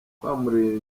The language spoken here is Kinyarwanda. kwamurura